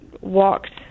walked